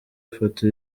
ifoto